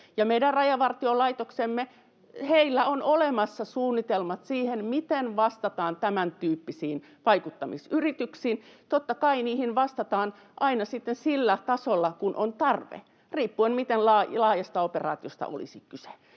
Rajavartiolaitoksellamme on olemassa suunnitelmat siihen, miten vastataan tämäntyyppisiin vaikuttamisyrityksiin. Totta kai niihin vastataan aina sitten sillä tasolla kuin on tarve riippuen siitä, miten laajasta operaatiosta olisi kyse.